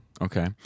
Okay